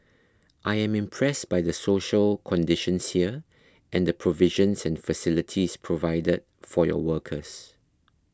I am impressed by the social conditions here and the provisions and facilities provided for your workers